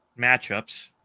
matchups